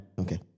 Okay